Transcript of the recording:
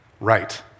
right